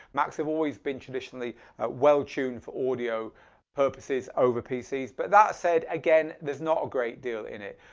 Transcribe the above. macs have always been traditionally well tuned for audio purposes over pcs but that said, again, there's not a great deal in it.